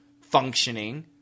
functioning